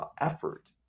effort